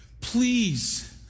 please